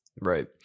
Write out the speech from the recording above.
Right